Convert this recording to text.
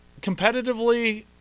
Competitively